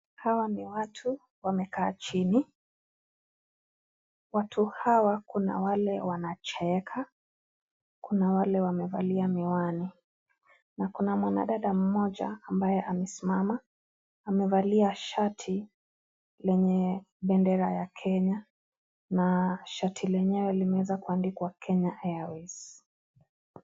Hawa ni watu wamekaa chini ,watu hawa kuna wale wanacheka kuna wale wamevalia miwani na kuna mwanadada mmoja ambaye amesimama amevalia shati lenye bendera ya Kenya na shati lenyewe limeweza kuandikwa Kenya Airways.